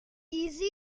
easy